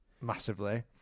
massively